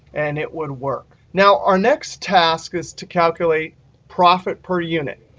and it would work. now our next task is to calculate profit per unit.